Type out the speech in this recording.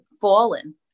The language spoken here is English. fallen